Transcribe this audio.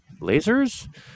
lasers